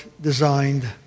designed